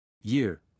Year